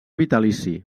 vitalici